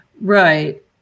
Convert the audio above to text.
Right